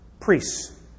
Priests